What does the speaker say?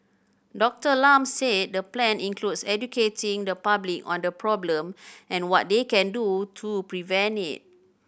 Doctor Lam said the plan includes educating the public on the problem and what they can do to prevent it